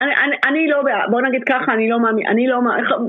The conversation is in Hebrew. אני אני אני לא בעד. בואו נגיד ככה, אני לא מאמינה, אני לא מאמינה